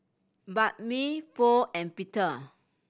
Banh Mi Pho and Pita